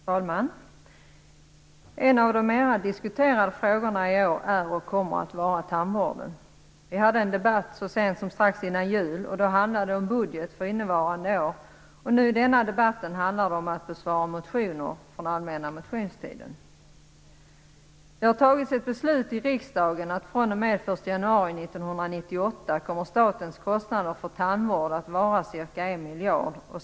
Fru talman! En av de mer omdiskuterade frågorna i år är och kommer att vara tandvården. Vi hade en debatt så sent som strax innan jul, och då handlade det om budgeten för innevarande år. I denna debatten handlar det om att besvara motioner från allmänna motionstiden. Det har fattats ett beslut i riksdagen att fr.o.m. den 1 januari 1998 kommer statens kostnader för tandvård att vara ca 1 miljard.